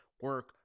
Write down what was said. Work